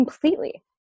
Completely